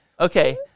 Okay